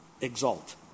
exalt